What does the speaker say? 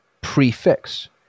pre-fix